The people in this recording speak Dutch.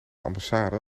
ambassade